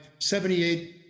78